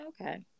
Okay